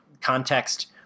context